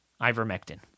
ivermectin